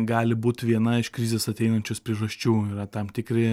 gali būt viena iš krizės ateinančios priežasčių yra tam tikri